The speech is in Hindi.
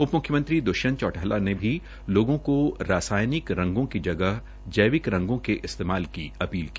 उप म्ख्यमंत्री दृष्यंत चौटाला ने भी लोगों को रसायनिक रंगों की जगह जैविक रंगों के इस्तेमाल की अपील की